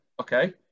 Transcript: okay